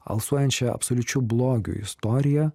alsuojančią absoliučiu blogiu istoriją